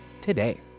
today